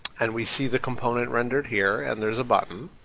and we see the component rendered here and there's a button,